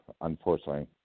unfortunately